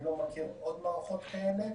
אני לא מכיר עוד מערכות כאלה